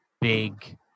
big